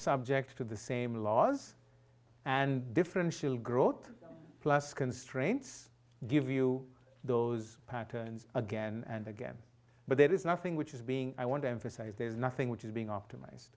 subject to the same laws and differential growth plus constraints give you those patterns again and again but there is nothing which is being i want to emphasize there is nothing which is being optimize